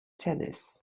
tennis